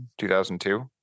2002